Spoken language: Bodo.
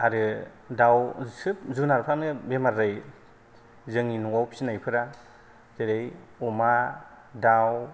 आरो दाउ गासै जुनादफोरानो बेमार जायो जोंनि न'आव फिसिनायफोरा जेरै अमा दाउ